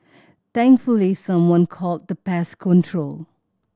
thankfully someone called the pest control